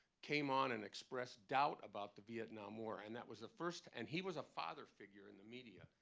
came on and expressed doubt about the vietnam war. and that was the first and he was a father figure in the media.